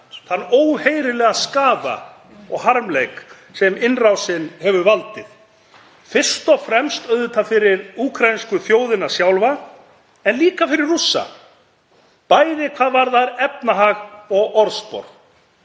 þann óheyrilega skaða og harmleik sem innrásin hefur valdið, fyrst og fremst auðvitað fyrir úkraínsku þjóðina sjálfa en líka fyrir Rússa, bæði hvað varðar efnahag og orðspor.